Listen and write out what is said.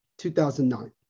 2009